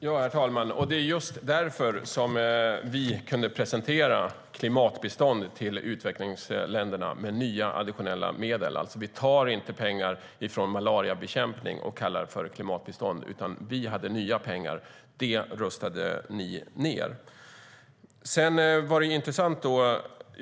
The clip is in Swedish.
Herr talman! Det är just därför som vi kunde presentera klimatbistånd till utvecklingsländerna med nya, additionella medel. Vi tar inte pengar från malariabekämpning och kallar det klimatbistånd, utan vi hade nya pengar. Men det röstade ni ned. Sedan var det intressant.